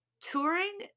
touring